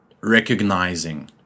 recognizing